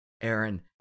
Aaron